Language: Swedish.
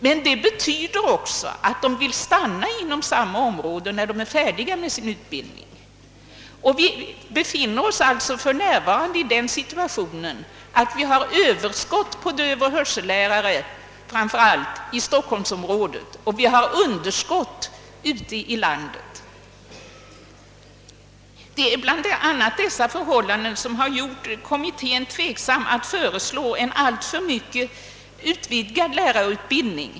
Men detta betyder också att de vill stanna inom samma område när de är färdiga med sin utbildning. Vi befinner oss alltså för närvarande i den situationen, att vi har överskott på dövoch hörsellärare framför allt i stockholmsområdet, medan vi har underskott ute i landet. Det är bl.a. dessa förhållanden som har gjort att kommittén tvekat att föreslå en alltför mycket utvidgad speciallärarutbildning.